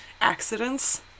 accidents